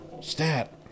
stat